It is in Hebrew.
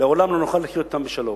לעולם לא נוכל לחיות אתם בשלום,